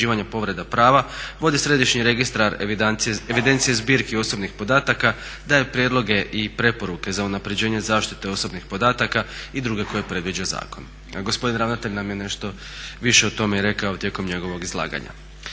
Gospodin ravnatelj nam je nešto više o tome rekao tijekom njegovog izlaganja.